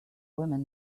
women